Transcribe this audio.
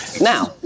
Now